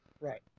Right